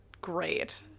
great